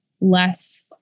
less